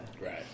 Right